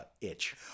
itch